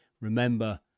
remember